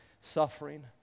suffering